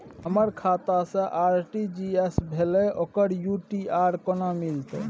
हमर खाता से जे आर.टी.जी एस भेलै ओकर यू.टी.आर केना मिलतै?